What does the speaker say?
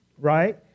Right